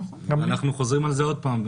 ואנחנו חוזרים על זה עוד פעם.